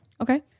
Okay